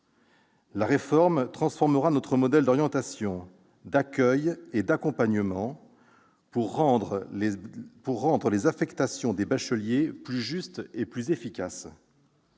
La réforme transformera notre modèle d'orientation, d'accueil et d'accompagnement pour rendre les affectations des bacheliers plus justes et plus efficaces.